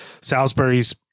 Salisbury's